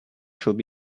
should